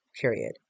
period